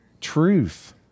truth